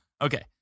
okay